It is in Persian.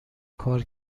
کار